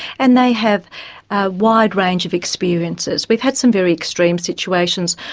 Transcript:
and they have a wide range of experiences. we've had some very extreme situations.